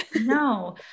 No